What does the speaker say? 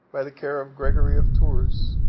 by the care of gregory of tours.